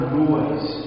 noise